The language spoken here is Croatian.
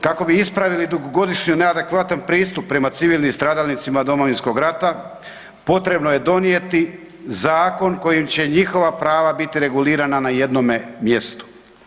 Kako bi ispravili dugogodišnji neadekvatan pristup prema civilnim stradalnicima Domovinskog rata, potrebno je donijeti zakon kojim će njihova prava biti regulirana na jednome mjestu.